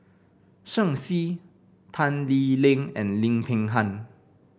Shen Xi Tan Lee Leng and Lim Peng Han